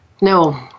No